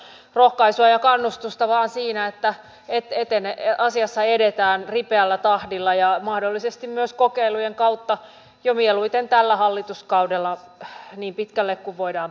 rohkaisua ja kannustusta vain siinä että asiassa edetään ripeällä tahdilla ja mahdollisesti myös kokeilujen kautta jo mieluiten tällä hallituskaudella niin pitkälle kuin voidaan päästä